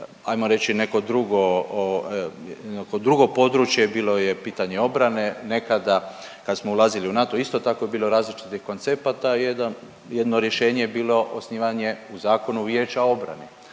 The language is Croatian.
hajmo reći neko drugo područje, bilo je pitanje obrane nekada kad smo ulazili u NATO isto tako je bilo različitih koncepata. Jedno rješenje je bilo osnivanje u zakonu Vijeća obrane,